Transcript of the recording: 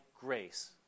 grace